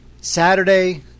Saturday